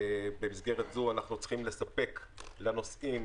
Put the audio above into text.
במסגרת זו אנחנו צריכים לספק לנוסעים